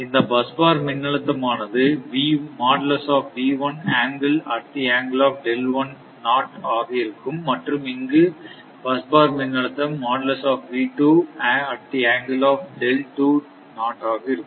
இந்த பஸ்பார் மின் அழுத்தமானது ஆக இருக்கும் மற்றும் இங்கு பஸ்பார் மின் அழுத்தம் ஆக இருக்கும்